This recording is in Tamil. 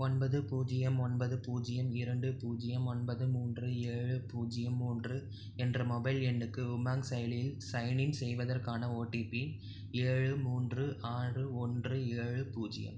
ஒன்பது பூஜ்ஜியம் ஒன்பது பூஜ்ஜியம் இரண்டு பூஜ்ஜியம் ஒன்பது மூன்று ஏழு பூஜ்ஜியம் மூன்று என்ற மொபைல் எண்ணுக்கு உமாங் செயலியில் சைன்இன் செய்வதற்கான ஓடிபி ஏழு மூன்று ஆறு ஒன்று ஏழு பூஜ்ஜியம்